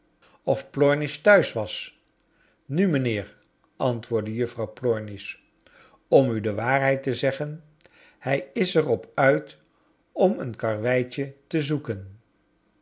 of plornish thuis was nu mijnheer antwoordde juffrouw plornisch om u de w r aarheid te zeggen hij is er op uit om een karweitje te zoekcn